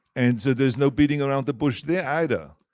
and so there's no beating around the bush there either.